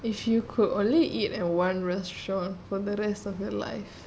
if you could only eat at one restaurant for the rest of your life